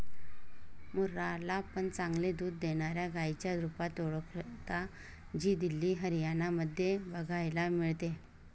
मुर्रा ला पण चांगले दूध देणाऱ्या गाईच्या रुपात ओळखता, जी दिल्ली, हरियाणा मध्ये बघायला मिळते